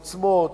עוצמות,